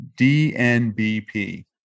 DNBP